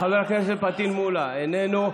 חבר הכנסת פטין מולא, איננו.